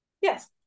Yes